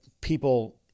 people